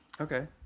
Okay